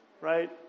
right